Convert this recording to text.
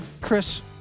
Chris